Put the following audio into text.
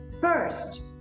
first